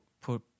put